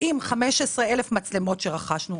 עם 15,000 מצלמות שרכשנו.